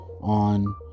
on